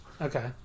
Okay